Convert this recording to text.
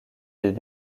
des